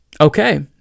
Okay